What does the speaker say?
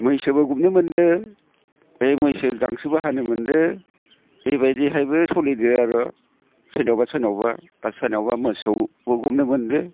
मैसोबो गुमनो मोनदो बे मैसो गांसोबो हानो मोनदो बेबायदिहायबो सेलिदों आर' सोरनावबा सोरनावबा आर सोरनावबा मोसौबो गुमनो मोनदो